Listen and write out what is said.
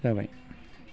जाबाय